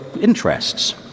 interests